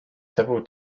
several